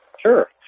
Sure